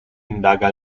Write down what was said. indaga